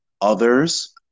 others